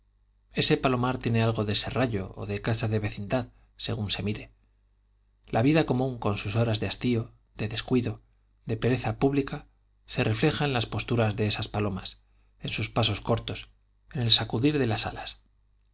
ese palomar tiene algo de serrallo o de casa de vecindad según se mire la vida común con sus horas de hastío de descuido de pereza pública se refleja en las posturas de esas palomas en sus pasos cortos en el sacudir de las alas